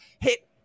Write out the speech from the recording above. hit